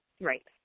Right